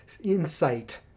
insight